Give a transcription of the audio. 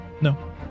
No